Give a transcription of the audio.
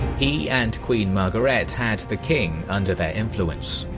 he and queen margaret had the king under their influence.